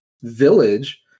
Village